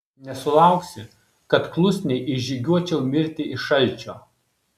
nesulauksi kad klusniai išžygiuočiau mirti iš šalčio